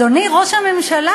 אדוני ראש הממשלה,